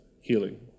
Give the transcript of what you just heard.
healing